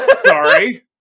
Sorry